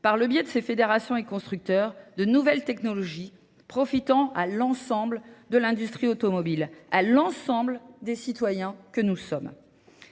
par le biais de ses fédérations et constructeurs, de nouvelles technologies profitant à l'ensemble de l'industrie automobile, à l'ensemble des citoyens que nous sommes.